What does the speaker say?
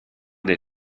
dai